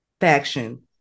faction